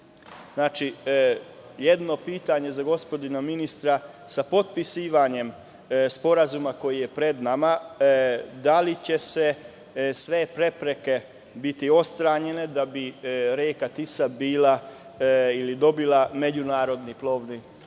Znači, jedno pitanje za gospodina ministra – sa potpisivanje sporazuma koji je pred nama da li će sve prepreke biti otklonjene da bi reka Tisa bila ili dobila međunarodni plovni status.